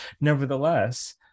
Nevertheless